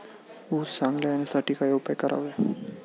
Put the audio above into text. ऊस चांगला येण्यासाठी काय उपाय करावे?